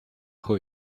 who